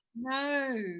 no